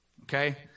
okay